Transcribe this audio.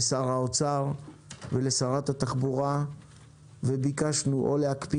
לשר האוצר ולשרת התחבורה וביקשנו או להקפיא